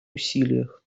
усилиях